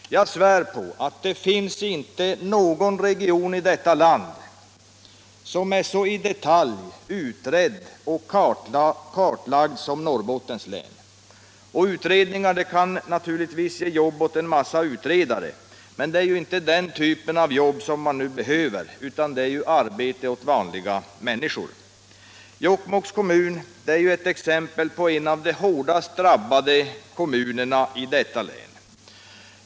Jag svär på att det inte finns någon region i detta land som är så i detalj utredd och kartlagd som Norrbottens län. Utredningar kan naturligtvis ge jobb åt en massa utredare, men det är inte den typen av jobb som vi nu behöver, utan det är arbete åt vanliga människor. Jokkmokks kommun är en av de hårdast drabbade kommunerna i länet.